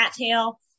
cattail